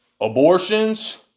abortions